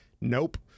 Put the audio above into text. nope